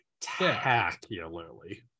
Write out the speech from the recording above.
spectacularly